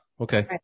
Okay